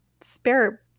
spare